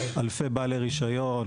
אלפי בעלי רישיון,